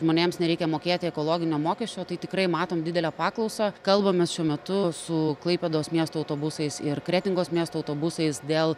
žmonėms nereikia mokėti ekologinio mokesčio tai tikrai matom didelę paklausą kalbamės šiuo metu su klaipėdos miesto autobusais ir kretingos miesto autobusais dėl